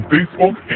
Facebook